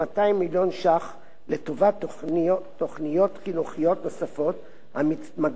מיליון ש"ח לטובת תוכניות חינוכיות נוספות המתמקדות